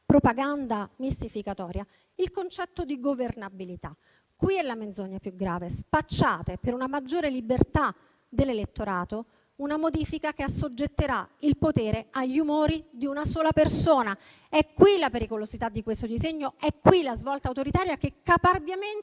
propaganda mistificatoria, il concetto di governabilità. Qui è la menzogna più grave: spacciate per una maggiore libertà dell'elettorato una modifica che assoggetterà il potere agli umori di una sola persona. È qui la pericolosità di questo disegno ed è qui la svolta autoritaria che caparbiamente